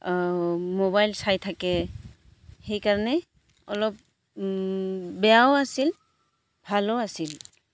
mobile চাই থাকে সেইকাৰণে অলপ বেয়াও আছিল ভালো আছিল